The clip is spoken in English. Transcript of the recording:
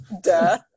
Duh